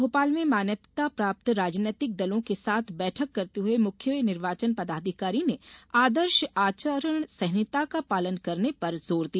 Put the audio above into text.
आज भोपाल में मान्यता प्राप्त राजनैतिक दलों के साथ बैठक करते हुए मुख्य निर्वाचन पदाधिकारी ने आदर्श आचरण संहिता का पालन करने पर जोर दिया